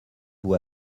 vous